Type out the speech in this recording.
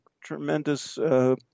tremendous –